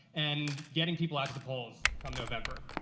and getting people out to the polls come november.